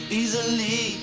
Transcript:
easily